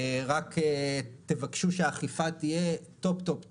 רק תבקשו שהאכיפה תהיה טופ טופ טופ,